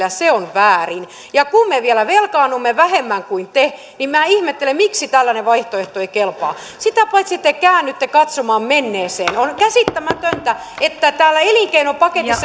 ja se on väärin kun me vielä velkaannumme vähemmän kuin te niin minä ihmettelen miksi tällainen vaihtoehto ei kelpaa sitä paitsi te käännytte katsomaan menneeseen on käsittämätöntä että täällä elinkeinopaketissa